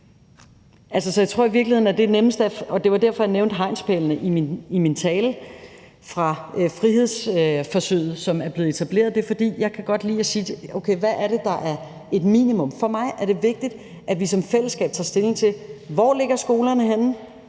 i min tale nævnte hegnspælene fra frihedsforsøget, som er blevet etableret – det er, fordi jeg godt kan lide at sige: Okay, hvad er det, der er et minimum? For mig er det vigtigt, at vi som fællesskab tager stilling til, hvor skolerne ligger